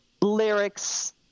lyrics